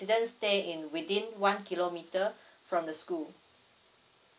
stay in within one kilometer from the school